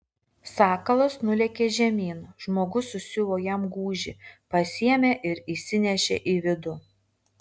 sakalas nulėkė žemyn žmogus susiuvo jam gūžį pasiėmė ir įsinešė į vidų